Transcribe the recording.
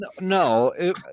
no